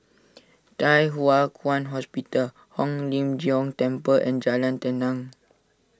Thye Hua Kwan Hospital Hong Lim Jiong Temple and Jalan Tenang